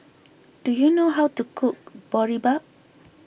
do you know how to cook Boribap